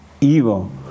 evil